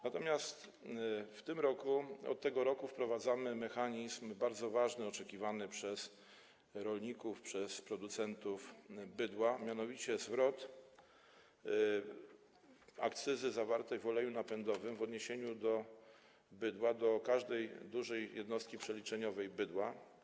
Natomiast od tego roku wprowadzamy mechanizm bardzo ważny, oczekiwany przez rolników, przez producentów bydła, mianowicie zwrot akcyzy zawartej w cenie oleju napędowego w odniesieniu do bydła, do każdej dużej jednostki przeliczeniowej bydła.